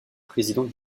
président